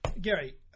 Gary